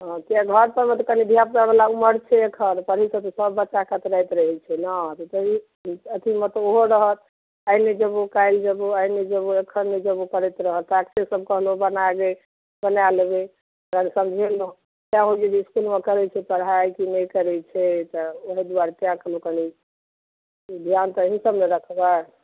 हँ से घर परमे तऽ कनि धिआ पूता वाला ऊमर छै एखन पढ़ैसँ तऽ सब बच्चा कतराइत रहैत छै ने अथि मतलब ओहो रहत आइ नहि जयबो काल्हि जयबो आइ नहि जयबो एखन नहि जयबो करैत रहत टाक्से सब कहलहुँ बना ले बनाए लेबै तहन समझेलहुँ सए होइया जे इसकुलमे करैत छै पढ़ाइ कि नहि करैत छै तऽ ओहि दुआरे तैँ कहलहुँ कनि ध्यान तऽ अहीँ सब ने रखबै